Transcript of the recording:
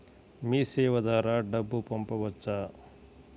మీసేవ ద్వారా డబ్బు పంపవచ్చా?